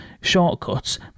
shortcuts